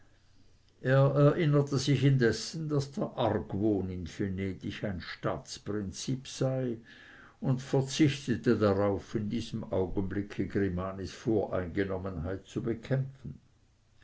er erinnerte sich indessen daß der argwohn in venedig ein staatsprinzip sei und verzichtete darauf in diesem augenblicke grimanis voreingenommenheit zu bekämpfen